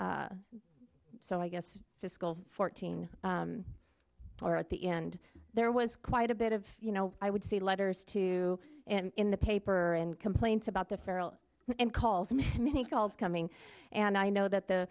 so i guess fiscal fourteen or at the end there was quite a bit of you know i would see letters to and in the paper and complaints about the feral and calls me and many calls coming and i know that the